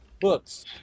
books